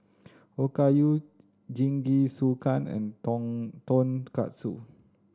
Okayu Jingisukan and Tonkatsu